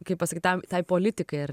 kaip pasakyt tam tai politikai ar